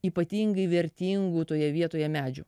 ypatingai vertingų toje vietoje medžių